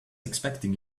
expecting